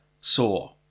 saw